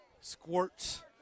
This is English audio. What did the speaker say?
squirts